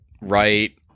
right